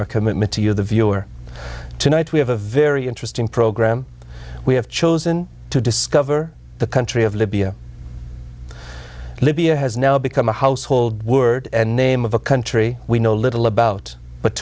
our commitment to you the viewer tonight we have a very interesting program we have chosen to discover the country of libya libya has now become a household word name of a country we know little about but